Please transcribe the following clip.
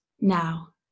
now